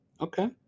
Okay